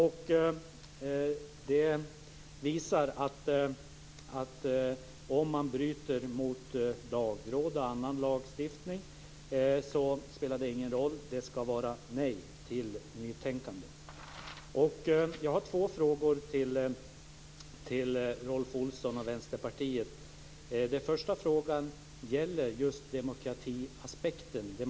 Detta visar sig också i att det inte spelar någon roll om man bryter mot annan lagstiftning eller mot Lagrådet. Det ska vara nej till nytänkande. Jag har två frågor till Rolf Olsson och Vänsterpartiet. Den första frågan gäller just demokratiaspekten.